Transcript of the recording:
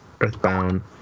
Earthbound